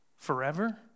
forever